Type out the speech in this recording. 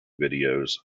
videos